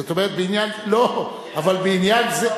זאת אומרת, בעניין, לא, אבל בעניין זה.